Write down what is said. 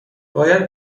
باید